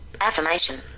Affirmation